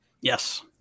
Yes